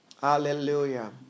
Hallelujah